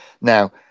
Now